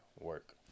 work